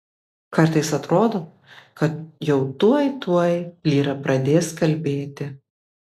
kartais atrodo kad jau tuoj tuoj lyra pradės kalbėti